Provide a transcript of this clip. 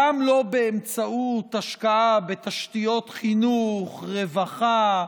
גם לא באמצעות השקעה בתשתיות חינוך, רווחה,